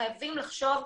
אנחנו חייבים לחשוב,